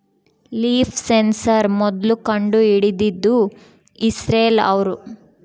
leaf sensor ಮೊದ್ಲು ಕಂಡು ಹಿಡಿದಿದ್ದು ಇಸ್ರೇಲ್ ಅವ್ರು